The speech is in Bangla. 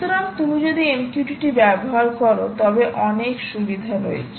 সুতরাং তুমি যদি MQTT ব্যবহার করো তবে অনেক সুবিধা রয়েছে